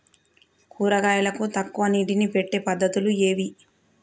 కూరగాయలకు తక్కువ నీటిని పెట్టే పద్దతులు ఏవి?